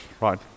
right